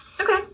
Okay